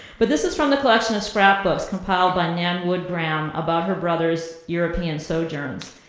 but this is from the collection of scrapbooks complied by nan wood graham about her brother's european sojourns.